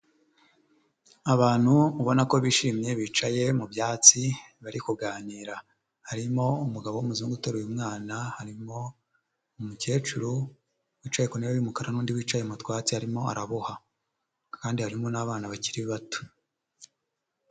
Abantu ubona ko bishimye bicaye mu byatsi bari kuganira, harimo umugabo w'umuzungu utaruye umwana, harimo umukecuru wicaye ku ntebe y'umukara n'undi wicaye mu twatsi arimo araboha, kandi harimo n'abana bakiri bato.